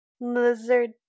lizard